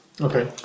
Okay